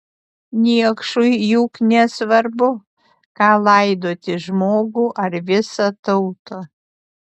niekšui juk nesvarbu ką laidoti žmogų ar visą tautą